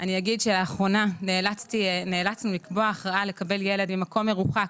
אני אגיד שלאחרונה נאלצנו לקבוע הכרעה לקבל ילד ממקום מרוחק.